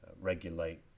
regulate